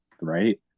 right